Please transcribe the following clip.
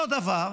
אותו דבר,